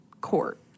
court